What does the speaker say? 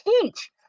teach